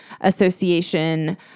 association